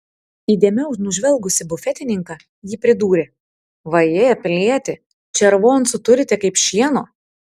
įdėmiau nužvelgusi bufetininką ji pridūrė vaje pilieti červoncų turite kaip šieno